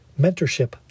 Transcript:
Mentorship